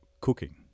cooking